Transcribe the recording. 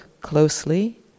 closely